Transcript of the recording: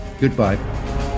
Goodbye